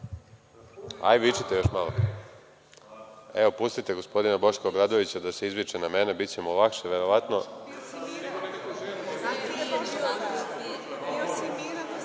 vičite još malo. Pustite, gospodina Boška Obradovića, da se izviče na mene, biće mu lakše verovatno.